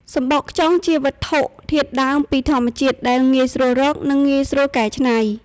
សំបកខ្យងជាវត្ថុធាតុដើមពីធម្មជាតិ ដែលងាយស្រួលរក និងងាយស្រួលកែច្នៃ។